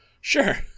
Sure